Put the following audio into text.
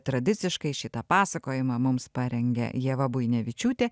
tradiciškai šitą pasakojimą mums parengė ieva buinevičiūtė